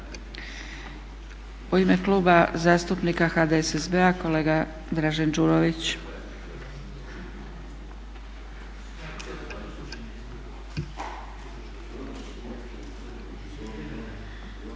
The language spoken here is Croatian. U ime Kluba zastupnika HDSSB-a kolega Dražen Đurović.